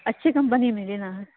اچھی کمپنی میں لینا ہے